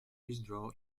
withdraw